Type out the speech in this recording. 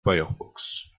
firefox